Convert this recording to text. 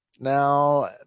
now